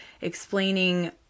explaining